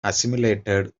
assimilated